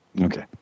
Okay